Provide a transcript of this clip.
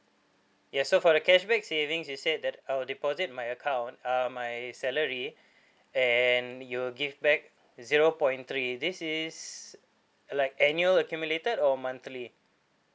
yes so for the cashback savings you said that I'll deposit my account uh my salary and you will give back zero point three this is like annual accumulated or monthly